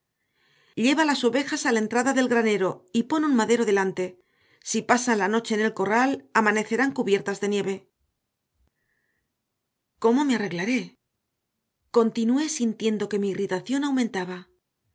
lleva las ovejas a la entrada del granero y pon un madero delante si pasan la noche en el corral amanecerán cubiertas de nieve cómo me arreglaré continué sintiendo que mi irritación aumentaba